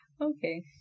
okay